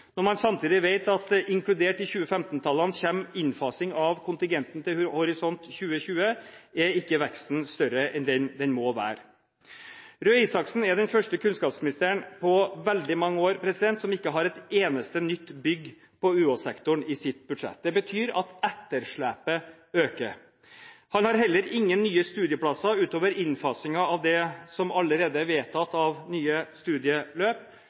Når man samtidig vet at det inkludert i 2015-tallene kommer innfasing av kontingenten til Horisont 2020, er ikke veksten større enn det den må være. Torbjørn Røe Isaksen er den første kunnskapsministeren på veldig mange år som ikke har ett eneste nytt bygg på UH-sektoren i sitt budsjett. Det betyr at etterslepet øker. Han har heller ingen nye studieplasser utover innfasingen av det som allerede er vedtatt av nye studieløp.